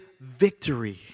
victory